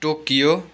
टोक्यो